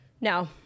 no